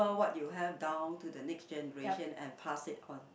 yup